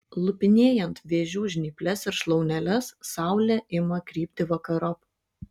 lupinėjant vėžių žnyples ir šlauneles saulė ima krypti vakarop